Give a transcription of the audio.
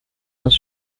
uns